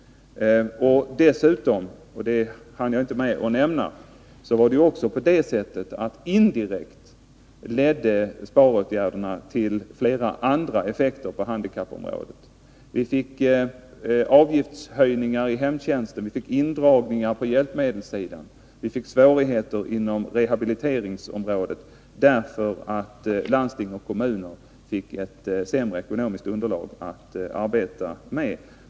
Dessutom, och det hann jag inte med att nämna, ledde sparåtgärderna också indirekt till flera andra effekter på handikappområdet. Vi fick avgiftshöjningar inom hemtjänsten, vi fick indragningar på hjälpmedelssidan och vi fick svårigheter inom rehabiliteringsområdet därför att landsting och kommuner fick ett sämre ekonomiskt underlag att arbeta med.